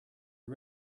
are